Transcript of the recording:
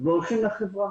והולכים לחברה.